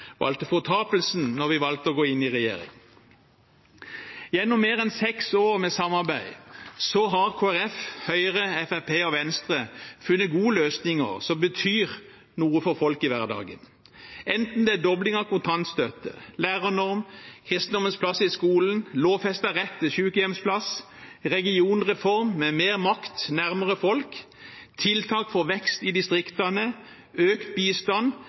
vi valgte å gå inn i regjering. Gjennom mer enn seks år med samarbeid har Kristelig Folkeparti, Høyre, Fremskrittspartiet og Venstre funnet gode løsninger som betyr noe for folk i hverdagen, enten det er dobling av kontantstøtten, lærernorm, kristendommens plass i skolen, lovfestet rett til sykehjemsplass, regionreform med mer makt nærmere folk, tiltak for vekst i distriktene, økt bistand